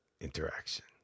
interaction